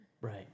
Right